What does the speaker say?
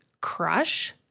crush